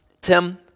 Tim